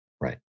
Right